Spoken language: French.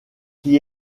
qui